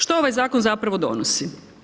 Što ovaj zakon zapravo donosi?